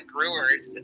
Brewers